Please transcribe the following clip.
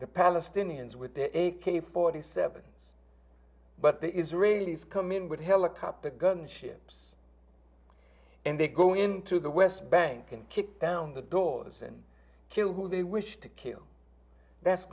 the palestinians with their a k forty seven but the israelis come in with helicopter gunships and they go into the west bank and kick down the doors and kill who they wish to kill that's